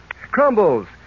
crumbles